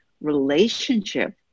relationship